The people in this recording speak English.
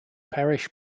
parish